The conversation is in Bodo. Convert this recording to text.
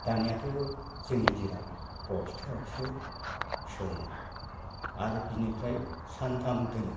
दानियाथ' जोंनि दिनाव बस्थायावसो सोमो आरो बेनिफ्राय सानथाम दोनो